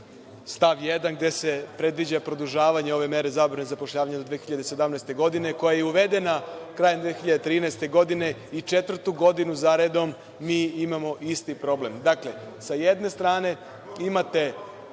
stav 1. gde se predviđa produžavanje ove mere zabrane zapošljavanja u 2017. godini, koja je uvedena krajem 2013. godine i četvrtu godinu zaredom mi imamo isti problem. Dakle, sa jedne strane imate